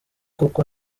koko